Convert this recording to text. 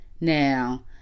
Now